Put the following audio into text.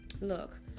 look